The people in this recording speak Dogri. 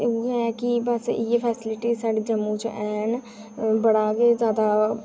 उ'ऐ की इ'यै फैसीलिटी के साढ़े जम्मू च है'न बड़ा गै जादा